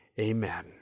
Amen